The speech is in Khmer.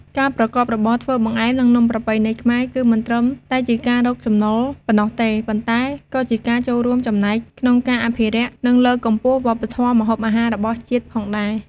ការប្រកបរបរធ្វើបង្អែម និងនំប្រពៃណីខ្មែរ គឺមិនត្រឹមតែជាការរកចំណូលប៉ុណ្ណោះទេ ប៉ុន្តែក៏ជាការចូលរួមចំណែកក្នុងការអភិរក្ស និងលើកកម្ពស់វប្បធម៌ម្ហូបអាហាររបស់ជាតិផងដែរ។